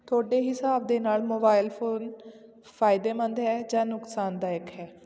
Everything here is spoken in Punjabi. ਤੁਹਾਡੇ ਹਿਸਾਬ ਦੇ ਨਾਲ ਮੋਬਾਇਲ ਫੋਨ ਫਾਇਦੇਮੰਦ ਹੈ ਜਾਂ ਨੁਕਸਾਨਦਾਇਕ ਹੈ